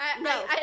No